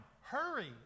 hurry